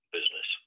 business